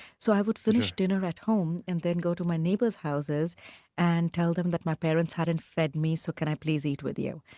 so i would finish dinner at home, and then go to my neighbors' houses and tell them that my parents hadn't fed me, so can i please eat with you.